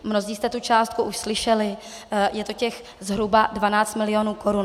Mnozí jste tu částku už slyšeli, je to těch zhruba 12 milionů korun.